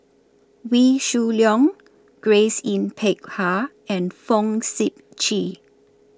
Wee Shoo Leong Grace Yin Peck Ha and Fong Sip Chee